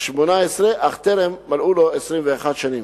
18 אך טרם מלאו לו 21 שנים.